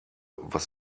was